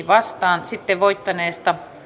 vastaan sitten voittaneesta